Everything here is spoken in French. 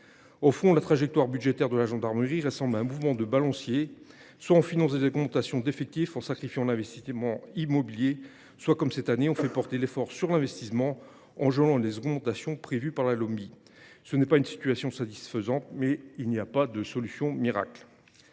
Au fond, la trajectoire budgétaire de la gendarmerie ressemble à un mouvement de balancier : soit on finance les augmentations d’effectifs en sacrifiant l’investissement immobilier, soit – comme cette année – on fait porter l’effort sur l’investissement en gelant les augmentations prévues par la Lopmi. Ce n’est pas satisfaisant, mais il n’y a pas de solution miracle.